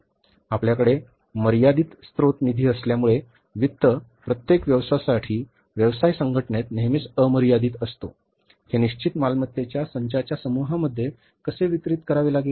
आपल्याकडे मर्यादित स्त्रोत निधी असल्यामुळे वित्त प्रत्येक व्यवसायासाठी व्यवसाय संघटनेत नेहमीच मर्यादित असतो हे निश्चित मालमत्तेच्या संचाच्या समूहामध्ये कसे वितरित करावे लागेल